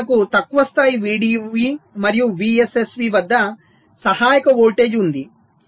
ఇప్పుడు మనకు తక్కువ స్థాయి VDV మరియు VSSV వద్ద సహాయక వోల్టేజ్ ఉంది